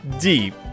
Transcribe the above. Deep